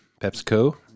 PepsiCo